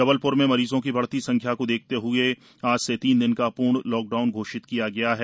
जबलप्र में मरीजों की बढ़ती संख्या को देखते हए आज से तीन दिन का पूर्ण लॉकडाउन घोषित किया गया है